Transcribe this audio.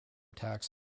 tax